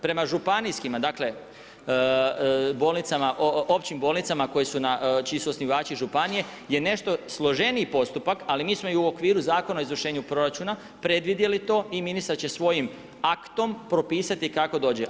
Prema županijskima bolnicama, općim bolnicama, čiji su osnivači županije je nešto složeniji postupak ali mi smo i u okviru Zakona o izvršenju proračuna predvidjeli to i ministar će svojim aktom propisati kako dođe.